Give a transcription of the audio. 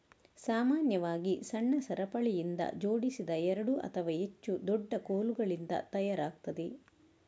ಸಾಮಾನ್ಯವಾಗಿ ಸಣ್ಣ ಸರಪಳಿಯಿಂದ ಜೋಡಿಸಿದ ಎರಡು ಅಥವಾ ಹೆಚ್ಚು ದೊಡ್ಡ ಕೋಲುಗಳಿಂದ ತಯಾರಾಗ್ತದೆ